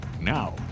Now